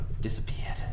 disappeared